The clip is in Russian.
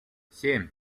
семь